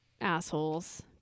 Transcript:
assholes